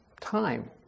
time